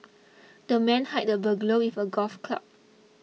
the man hit the burglar with a golf club